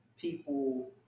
people